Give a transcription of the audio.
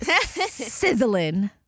sizzling